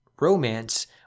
romance